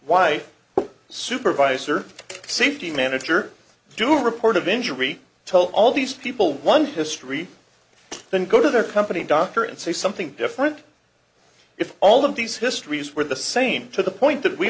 the supervisor safety manager do report of injury told all these people one history and then go to their company doctor and say something different if all of these histories were the same to the point that we